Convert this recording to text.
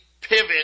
pivot